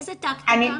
איזה טקטיקה?